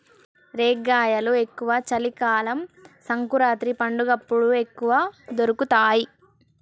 రేగ్గాయలు ఎక్కువ చలి కాలం సంకురాత్రి పండగప్పుడు ఎక్కువ దొరుకుతాయి